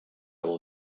will